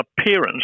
appearance